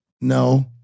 no